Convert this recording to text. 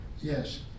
Yes